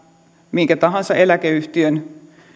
minkä tahansa eläkeyhtiön